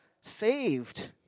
saved